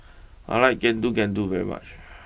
I like Getuk Getuk very much